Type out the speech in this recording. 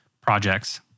projects